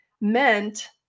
meant